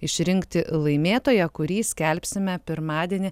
išrinkti laimėtoją kurį skelbsime pirmadienį